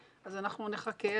שלום אסף.